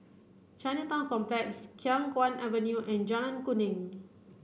Chinatown Complex Khiang Guan Avenue and Jalan Kuning